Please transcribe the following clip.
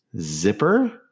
Zipper